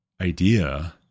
idea